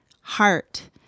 heart